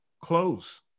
close